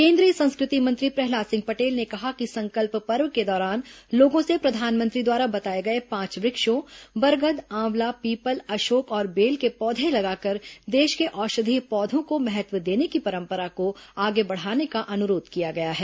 केन्द्रीय संस्कृ ति मंत्री प्रहलाद सिंह पटेल ने कहा कि संकल्प पर्व के दौरान लोगों से प्रधानमंत्री द्वारा बताए गए पांच वृक्षों बरगद आंवला पीपल अशोक और बेल के पौधे लगाकर देश के औषधीय पौधों को महत्व देने की परम्परा को आगे बढ़ाने का अनुरोध किया गया है